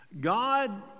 God